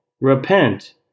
Repent